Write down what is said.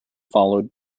followed